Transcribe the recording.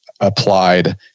applied